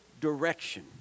direction